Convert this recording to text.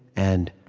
and,